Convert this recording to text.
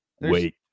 Wait